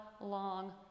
long